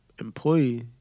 employee